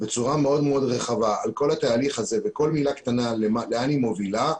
בצורה מאוד מאוד רחבה על כל התהליך הזה וכל מילה קטנה לאן היא מובילה,